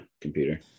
computer